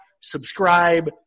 subscribe